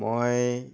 মই